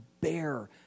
bear